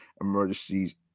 Emergencies